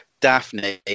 Daphne